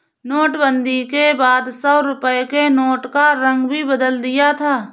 नोटबंदी के बाद सौ रुपए के नोट का रंग भी बदल दिया था